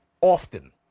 often